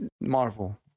Marvel